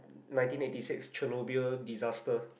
nineteen eighty six Chernobyl disaster